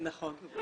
נכון.